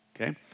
okay